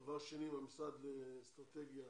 מהמשרד לאסטרטגיה